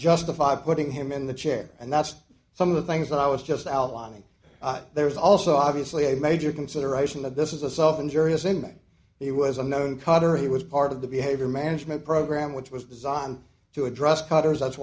justify putting him in the chair and that's some of the things i was just outlining there is also obviously a major consideration that this is a self injurious in that he was a known cutter he was part of the behavior management program which was designed to address carter's that's